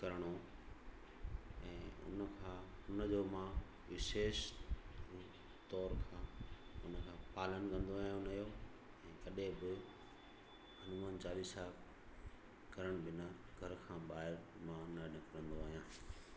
करिणो ऐं उन खां उन जो मां विशेष तौर खां पालन कंदो आहियां उन जो ऐं कॾहिं बि हनुमान चालीसा करणु बिना घर खां ॿाहिरि मां न निकिरंदो आहियां